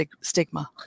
stigma